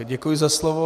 Děkuji za slovo.